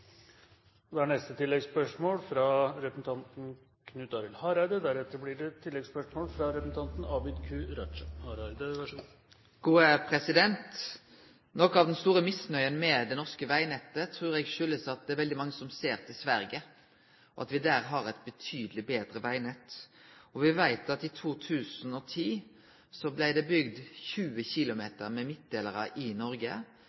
Knut Arild Hareide – til oppfølgingsspørsmål. Noko av den store misnøya med det norske vegnettet trur eg kjem av at det er veldig mange som ser til Sverige, og at vi der har eit betydeleg betre vegnett. Me veit at i 2010 blei det bygd 20 km med midtdelarar i Noreg,